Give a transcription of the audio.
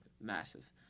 massive